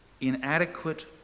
inadequate